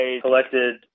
collected